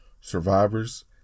Survivors